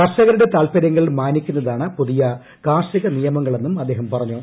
കർഷകരുടെ താൽപര്യങ്ങൾ മാനിക്കുന്നതാണ് പുതിയ കാർഷിക നിയമങ്ങളെന്നും അദ്ദേഹം പറഞ്ഞു